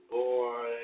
boy